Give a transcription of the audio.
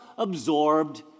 absorbed